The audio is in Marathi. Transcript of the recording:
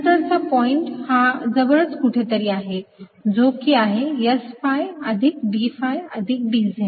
नंतर चा पॉईंट हा जवळच कुठेतरी आहे जो की आहे S phi अधिक d phi z अधिक dz